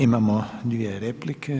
Imamo dvije replike.